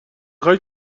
خوای